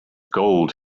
gold